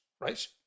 right